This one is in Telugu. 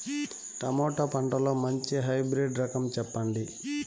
టమోటా పంటలో మంచి హైబ్రిడ్ రకం చెప్పండి?